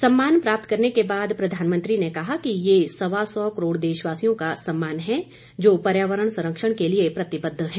सम्मान प्राप्त करने के बाद प्रधानमंत्री ने कहा कि यह सवा सौ करोड़ देशवासियों का सम्मान है जो पर्यावरण संरक्षण के लिए प्रतिबद्ध हैं